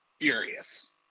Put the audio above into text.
furious